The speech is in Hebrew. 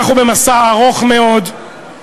אנחנו במסע ארוך מאוד,